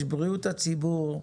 יש בריאות הציבור,